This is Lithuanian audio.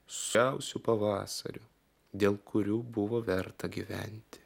siausiu pavasario dėl kurių buvo verta gyventi